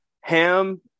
ham